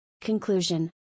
Conclusion